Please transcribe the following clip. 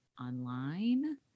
online